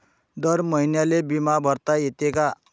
दर महिन्याले बिमा भरता येते का?